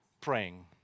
praying